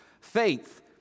Faith